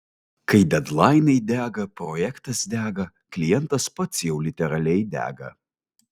kai dedlainai dega projektas dega klientas pats jau literaliai dega